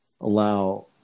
allow